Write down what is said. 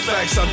Facts